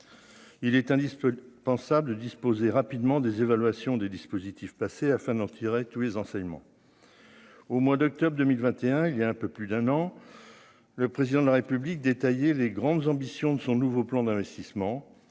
il est indisponible pensable disposer rapidement des évaluations des dispositifs passé afin d'en tirer tous les enseignements au mois d'octobre 2021 il y a un peu plus d'un an, le président de la République détailler les grandes ambitions de son nouveau plan d'investissement